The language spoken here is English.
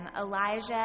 Elijah